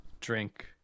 drink